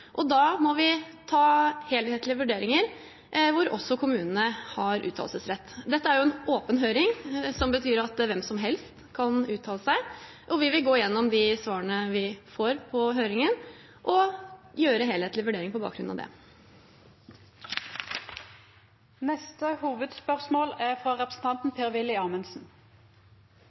og da må vi gjøre helhetlige vurderinger der også kommunene har uttalelsesrett. Det er en åpen høring, som betyr at hvem som helst kan uttale seg, og vi vil gå gjennom de svarene vi får på høringen, og gjøre helhetlige vurderinger på bakgrunn av det. Vi går vidare til neste